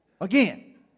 Again